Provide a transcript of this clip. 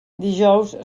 dijous